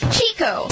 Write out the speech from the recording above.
Chico